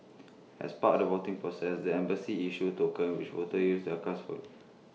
as part of the voting process the embassy issues tokens which voters use A cast votes